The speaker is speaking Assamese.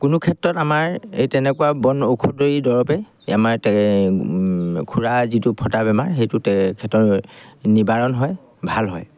কোনো ক্ষেত্ৰত আমাৰ এই তেনেকুৱা বন ঔষধি দৰবে এই আমাৰ খুৰা যিটো ফটা বেমাৰ সেইটো ক্ষেত্ৰত নিবাৰণ হয় ভাল হয়